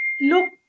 look